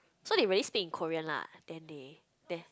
so they really speak in Korean lah then they there